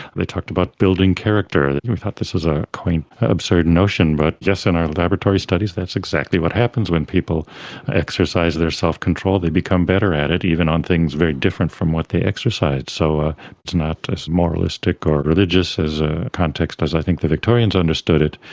they talked about building character. we thought this was a quaint absurd notion, but yes, in our laboratory studies that's exactly what happens when people exercise their self-control, they become better at it, even on things very different from what they exercised. so ah it's not as moralistic or religious a context as i think victorians understood it,